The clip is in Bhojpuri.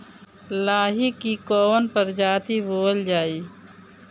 लाही की कवन प्रजाति बोअल जाई?